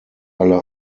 alle